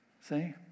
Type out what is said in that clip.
See